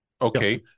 Okay